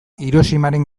hiroshimaren